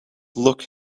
look